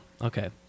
okay